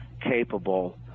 capable